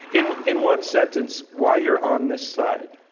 in in one sentence, why you're on this side.